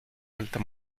alta